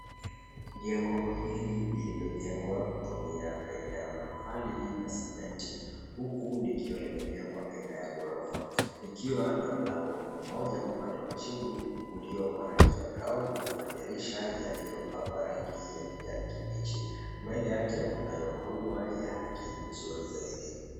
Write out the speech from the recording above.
Jengo hili lililojengwa kutumia aina ya matofali na sementi, huku likiwa limejengwa aina ya ghorofa. Likiwa na mlango mmoja upande wa chini ulio wa rangi ya brown na madirisha yaliyopakwa rangi ya kijani kibichi. Mbele yake kunayo maua ya rangi nzuri zaidi.